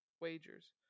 Wagers